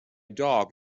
dog